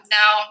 now